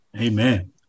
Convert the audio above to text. Amen